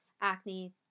acne